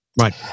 Right